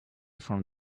from